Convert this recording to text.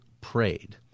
prayed